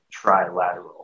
trilateral